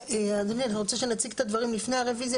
אדוני, אני רוצה שנציג את הדברים לפני הרוויזיה.